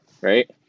right